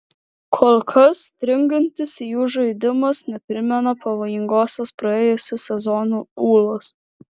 kol kas stringantis jų žaidimas neprimena pavojingosios praėjusių sezonų ūlos